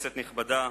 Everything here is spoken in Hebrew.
כנסת נכבדה,